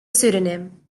pseudonym